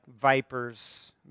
vipers